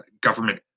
government